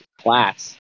class